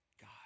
God